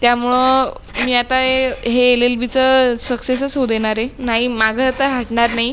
त्यामुळं मी आता ए हे एल एल बीचं सक्सेसच होऊ देणार आहे नाही मागं आता हटणार नाही